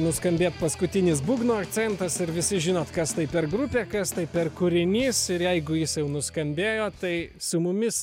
nuskambėt paskutinis būgno akcentas ir visi žinot kas tai per grupė kas tai per kūrinys ir jeigu jis jau nuskambėjo tai su mumis